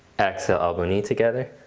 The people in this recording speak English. exhale elbow knee together.